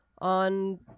on